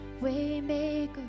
Waymaker